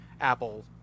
Apple